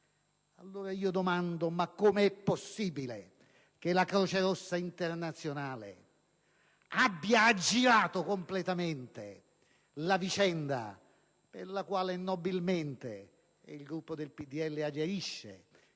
Mi domando allora come sia possibile che la Croce Rossa internazionale abbia aggirato completamente la vicenda alla quale nobilmente il Gruppo del PdL aderisce.